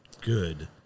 good